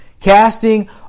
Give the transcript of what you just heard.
Casting